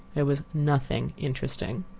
there was nothing interesting.